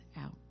out